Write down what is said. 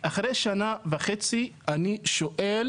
אחרי שנה וחצי אני שואל